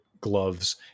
gloves